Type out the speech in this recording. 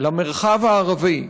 למרחב הערבי,